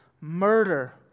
murder